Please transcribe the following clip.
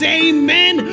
amen